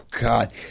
God